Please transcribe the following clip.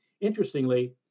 interestingly